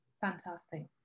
Fantastic